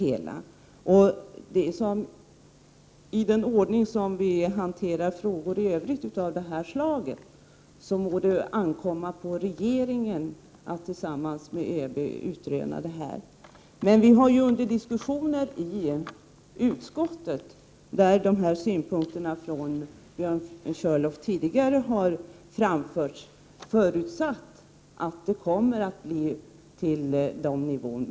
Enligt den ordning som vi i övrigt tillämpar för hantering av frågor av detta slag må det ankomma på regeringen att tillsammans med ÖB utröna detta. Vi har dock i diskussioner i utskottet, där Björn Körlofs synpunkter tidigare har framförts, förutsatt att utbildningen skall leda fram till kompaniförbandsnivån.